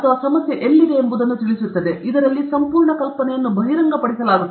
ಇದರಲ್ಲಿ ಸಂಪೂರ್ಣ ಕಲ್ಪನೆಯನ್ನು ಬಹಿರಂಗಪಡಿಸಲಾಗುತ್ತದೆ ಅದು ಸಂಬಂಧಿಸಿಲ್ಲ ಸಂಪೂರ್ಣ ಕಲ್ಪನೆಯನ್ನು ಸರಿಯಾಗಿ ಬಹಿರಂಗಪಡಿಸಲಾಗುತ್ತದೆ